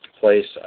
place